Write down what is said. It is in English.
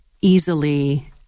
easily